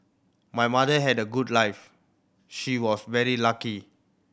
my mother had a good life she was very lucky